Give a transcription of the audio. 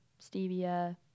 stevia